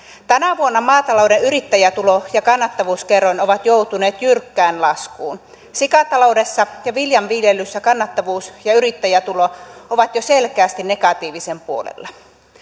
tänä vuonna maatalouden yrittäjätulo ja kannattavuuskerroin ovat joutuneet jyrkkään laskuun sikataloudessa ja viljanviljelyssä kannattavuus ja yrittäjätulo ovat jo selkeästi negatiivisen puolella